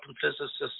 physicists